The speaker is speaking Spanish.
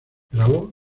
grabó